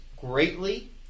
greatly